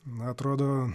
na atrodo